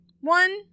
one